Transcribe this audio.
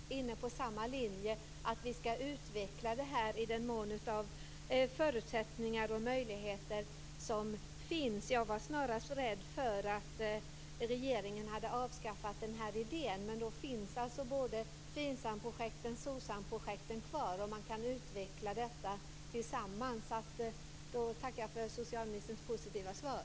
Fru talman! Då vill jag tacka socialministern för svaret. Jag tror att vi är inne på samma linje, att vi skall utveckla det här i mån av de förutsättningar och möjligheter som finns. Jag var snarast rädd för att regeringen hade avskaffat idén. Men då finns alltså både FINSAM projektet och SOCSAM-projektet kvar, och man kan utveckla detta tillsammans, och då tackar jag för socialministerns positiva svar.